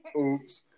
Oops